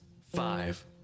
five